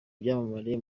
byamamare